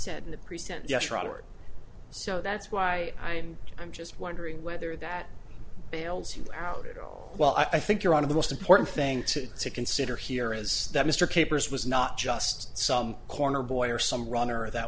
said in the present yes robert so that's why i'm just wondering whether that bails you out oh well i think you're on of the most important thing to consider here is that mr capers was not just some corner boy or some runner or that